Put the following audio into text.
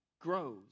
grows